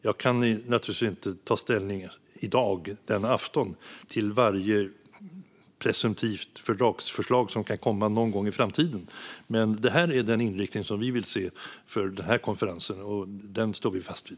Jag kan naturligtvis inte ta ställning i dag, denna afton, till varje presumtivt fördragsförslag som kan komma någon gång i framtiden. Men det här är den inriktning som vi vill se för konferensen, och den står vi fast vid.